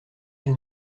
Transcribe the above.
elle